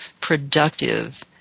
productive